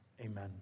amen